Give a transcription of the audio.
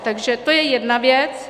Takže to je jedna věc.